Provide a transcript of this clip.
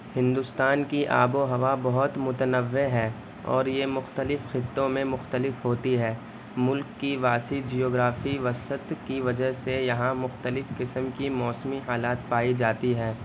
ہندوستان کی آب و ہوا بہت متنوع ہے اور یہ مختلف خطوں میں مختلف ہوتی ہے ملک کی وسیع جیوگرافی وسعت کی وجہ سے یہاں مختلف قسم کی موسمی حالات پائی جاتی ہیں